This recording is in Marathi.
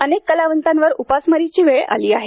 अनेक कलावंतांवर उपासमारीची वेळ आली आहे